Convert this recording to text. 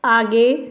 आगे